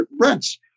rents